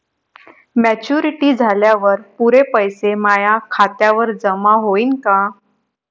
Maturity झाल्यावर पुरे पैसे माया खात्यावर जमा होईन का?